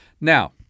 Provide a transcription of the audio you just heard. Now